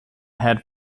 had